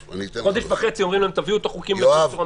חודש וחצי אומרים להם: תביאו את החוקים --- יואב,